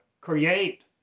Create